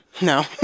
no